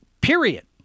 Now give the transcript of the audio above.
Period